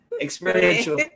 experiential